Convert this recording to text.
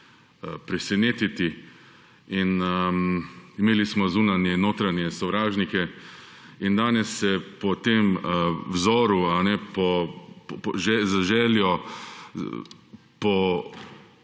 presenetiti; imeli smo zunanje in notranje sovražnike. In danes se po tem vzoru, z željo po